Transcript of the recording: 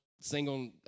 single